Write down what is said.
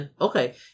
Okay